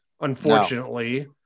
unfortunately